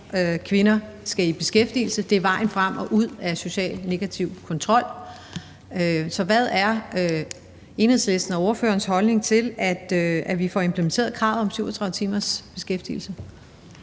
skal i beskæftigelse og ud af negativ social kontrol, og at det er vejen frem. Så hvad er Enhedslisten og ordførerens holdning til, at vi får implementeret kravet om 37 timers beskæftigelse?